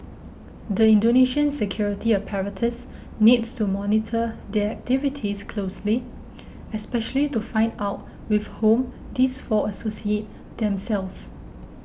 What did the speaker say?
the Indonesian security apparatus needs to monitor their activities closely especially to find out with whom these four associate themselves